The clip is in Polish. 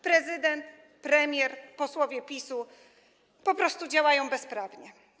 Prezydent, premier, posłowie PiS-u po prostu działają bezprawnie.